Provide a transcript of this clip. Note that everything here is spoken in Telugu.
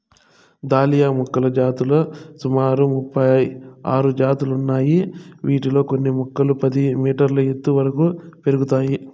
దాలియా మొక్కల జాతులు సుమారు ముపై ఆరు జాతులు ఉన్నాయి, వీటిలో కొన్ని మొక్కలు పది మీటర్ల ఎత్తు వరకు పెరుగుతాయి